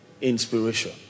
inspiration